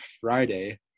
Friday